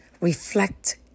reflect